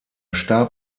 starb